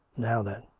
now then!